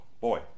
boy